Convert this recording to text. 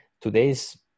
Today's